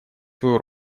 свою